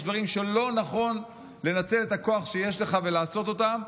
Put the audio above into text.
יש דברים שלא נכון לנצל את הכוח שיש לך ולעשות אותם,